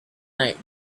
night